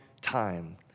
time